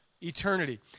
eternity